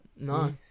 No